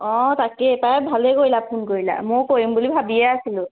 অ' তাকেই বৰ ভালেই কৰিলা ফোন কৰিলা মই কৰিম বুলি ভাবিয়ে আছিলোঁ